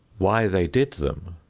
why they did them,